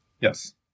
Yes